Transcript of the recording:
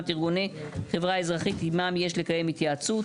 ארגוני חברה אזרחית עמם יש לקיים התייעצות: